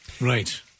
Right